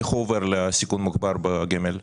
איך הוא עובר לסיכון מוגבר בגמל?